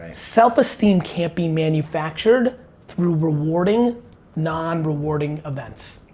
self-esteem can't be manufactured through rewarding non-rewarding events.